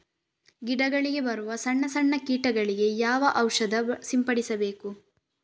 ಗಿಡಗಳಿಗೆ ಬರುವ ಸಣ್ಣ ಸಣ್ಣ ಕೀಟಗಳಿಗೆ ಯಾವ ಔಷಧ ಸಿಂಪಡಿಸಬೇಕು?